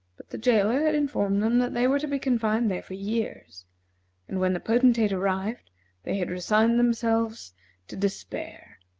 but the jailer had informed them that they were to be confined there for years and when the potentate arrived they had resigned themselves to despair.